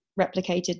replicated